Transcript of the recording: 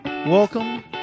Welcome